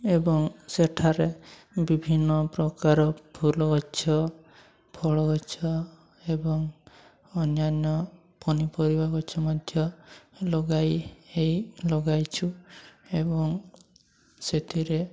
ଏବଂ ସେଠାରେ ବିଭିନ୍ନ ପ୍ରକାର ଫୁଲଗଛ ଫଳଗଛ ଏବଂ ଅନ୍ୟାନ ପନିପରିବା ଗଛ ମଧ୍ୟ ଲଗାଇ ହେଇ ଲଗାଇଛୁ ଏବଂ ସେଥିରେ